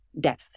death